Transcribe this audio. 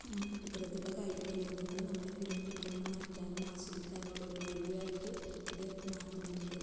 ഇത്തരത്തിലുള്ള കായികവിനോദങ്ങൾ നമ്മളെ പിരിമുറുക്കങ്ങൾ മാറ്റാനും ആസ്വദിക്കാനുള്ള ഒരു വഴിയായിട്ട് അത് മാറ്റുന്നുണ്ട്